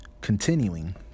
continuing